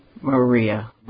Maria